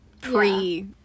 pre